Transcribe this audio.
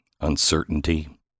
uncertainty